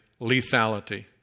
lethality